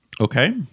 Okay